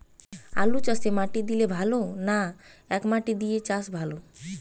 আলুচাষে মাটি দিলে ভালো না একমাটি দিয়ে চাষ ভালো?